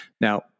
Now